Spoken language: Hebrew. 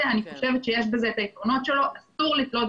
היא הוצגה לפני שנה והחברה להגנת הטבע השתתפה ואף ביצעה